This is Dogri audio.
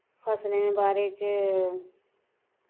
फसलें दे बारे च